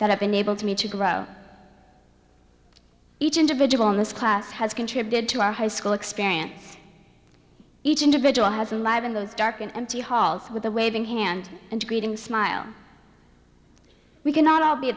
that have been able to me to grow each individual in this class has contributed to our high school experience each individual has a live in those dark and empty halls with a waving hand and greeting smile we cannot all be